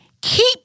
keep